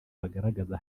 bagaragaza